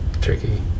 Tricky